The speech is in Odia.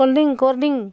କୋଲଡ୍ରିଙ୍କ୍ କରଡ଼ିଙ୍ଗ